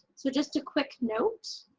so just a quick note,